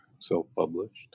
self-published